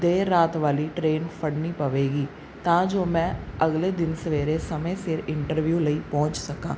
ਦੇਰ ਰਾਤ ਵਾਲੀ ਟਰੇਨ ਫੜਨੀ ਪਵੇਗੀ ਤਾਂ ਜੋ ਮੈਂ ਅਗਲੇ ਦਿਨ ਸਵੇਰੇ ਸਮੇਂ ਸਿਰ ਇੰਟਰਵਿਊ ਲਈ ਪਹੁੰਚ ਸਕਾਂ